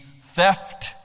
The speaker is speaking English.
theft